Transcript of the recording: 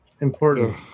important